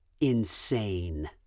insane